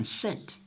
consent